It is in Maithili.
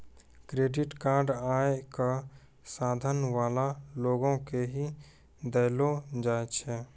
क्रेडिट कार्ड आय क साधन वाला लोगो के ही दयलो जाय छै